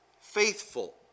faithful